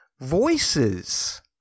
voices